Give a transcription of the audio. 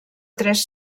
tres